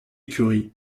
écurie